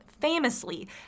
famously